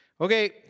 Okay